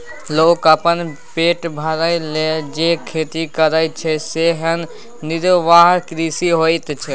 लोक अपन पेट भरय लेल जे खेती करय छै सेएह निर्वाह कृषि होइत छै